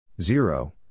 Zero